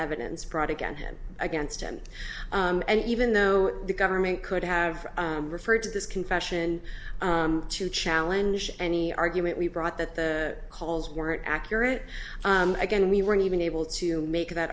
evidence brought against him against him and even though the government could have referred to this confession to challenge any argument we brought that the calls weren't accurate again we weren't even able to make that